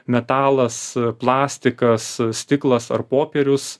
metalas plastikas stiklas ar popierius